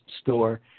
store